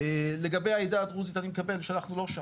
לגבי העדה הדרוזית אני מסכים אנחנו לא שם.